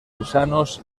gusanos